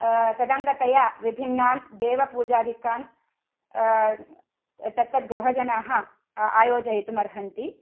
तदङ्गतया विभिन्नान् देवपूजाधिकान् तत्तत् गृहजनाः आयोजयितुम् अर्हन्ति